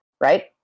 Right